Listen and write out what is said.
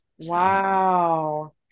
Wow